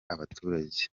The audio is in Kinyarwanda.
abaturage